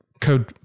Code